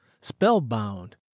spellbound